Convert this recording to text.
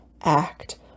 act